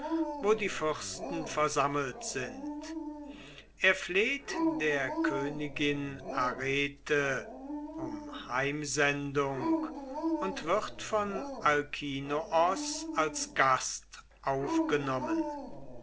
wo die fürsten versammelt sind er fleht der königin arete um heimsendung und wird von alkinoos als gast aufgenommen